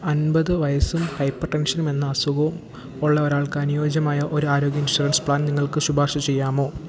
അൻപത് വയസ്സും ഹൈപ്പർ ടെൻഷനും എന്ന അസുഖവും ഒള്ള ഒരാൾക്ക് അനുയോജ്യമായ ഒരാരോഗ്യ ഇൻഷുറൻസ് പ്ലാൻ നിങ്ങൾക്കു ശുപാർശ ചെയ്യാമോ